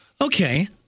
Okay